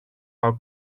our